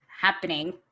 happening